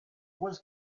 was